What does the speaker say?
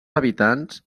habitants